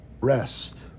rest